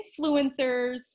influencers